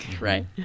Right